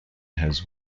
has